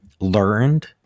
learned